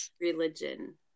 religion